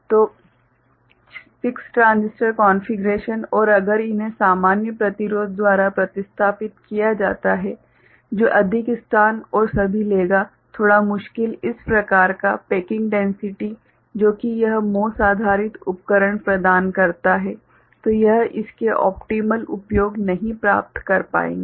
तो 6 transistor configuration और अगर इन्हें सामान्य प्रतिरोध द्वारा प्रतिस्थापित किया जाता है जो अधिक स्थान और सभी लेगा थोड़ा मुश्किल इस प्रकार का पैकिंग डैन्सिटि जो कि यह MOS आधारित उपकरण प्रदान करता है तो यह इसके ओप्टिमल उपयोग नहीं प्राप्त कर पाएंगे